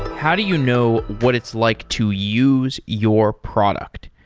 how do you know what it's like to use your product?